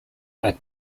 are